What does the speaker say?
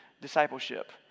discipleship